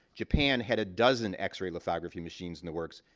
japan had a dozen x-ray lithography machines in the works.